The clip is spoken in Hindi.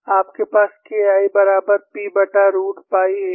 अपने पास K I बराबर Pरूट पाई a है